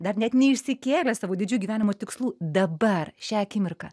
dar net neišsikėlęs savo didžių gyvenimo tikslų dabar šią akimirką